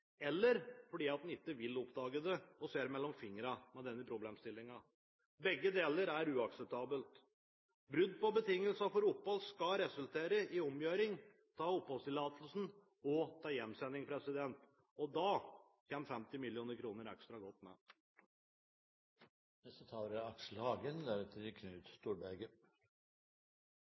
eller fordi man ikke vil oppdage det og ser gjennom fingrene med denne problemstillingen. Begge deler er uakseptabelt. Brudd på betingelsene for opphold skal resultere i omgjøring av oppholdstillatelse og hjemsending. Da kommer 50 mill. kr ekstra godt med.